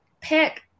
pick